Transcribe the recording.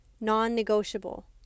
non-negotiable